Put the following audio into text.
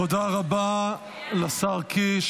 תודה רבה לשר קיש.